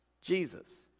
Jesus